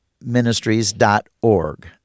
Ministries.org